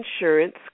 insurance